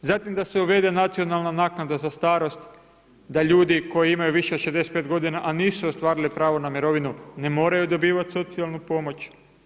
Zatim da se uvede nacionalna naknada za starost da ljudi koji imaju više od 65 godina a nisu ostvarili pravo na mirovinu ne moraju dobivati socijalnu pomoć.